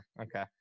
okay